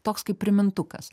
toks kaip primintukas